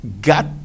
got